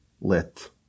lit